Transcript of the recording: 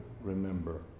remember